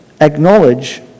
acknowledge